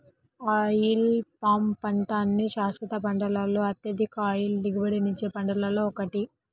oil palm పంట అన్ని శాశ్వత పంటలలో అత్యధిక ఆయిల్ దిగుబడినిచ్చే పంటలలో ఒకటి